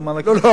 לא, לא.